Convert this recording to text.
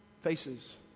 faces